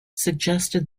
suggested